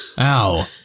Ow